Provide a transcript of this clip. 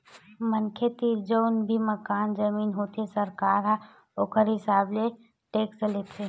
मनखे तीर जउन भी मकान, जमीन होथे सरकार ह ओखर हिसाब ले टेक्स लेथे